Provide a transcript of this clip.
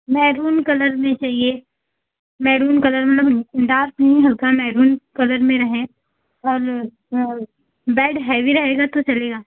maroon colour में चाहिए maroon colour में मतलब डार्क नहीं हल्का मैरून कलर में रहे और बेड हैवी रहेगा तो चलेगा